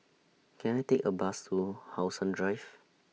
Can I Take A Bus to How Sun Drive